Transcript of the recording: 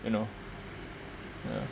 you know uh